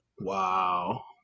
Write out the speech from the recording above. Wow